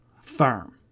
firm